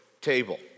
table